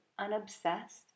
UNOBSESSED